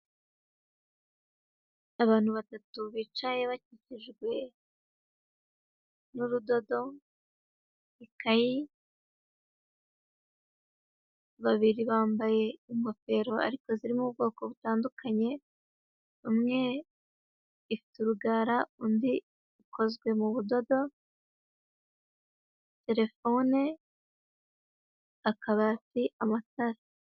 Abantu batatu bicaye bakikijwe n'urudodo, ikayi, babiri bambaye ingofero ariko zirimo ubwoko butandukanye, imwe ifite urugara indi ikozwe mu budodo, terefone, akabati, amatara.